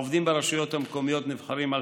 העובדים ברשויות המקומיות נבחרים על